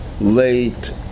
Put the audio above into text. late